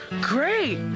Great